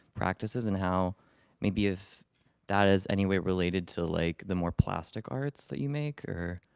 practices and how maybe if that is any way related to like the more plastic arts that you make or.